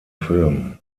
film